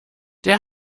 der